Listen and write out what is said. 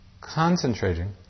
concentrating